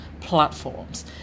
platforms